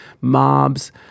mobs